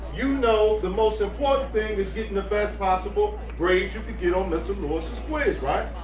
you know the most important thing is getting the best possible grade you could get on mr. lewis's quiz, right?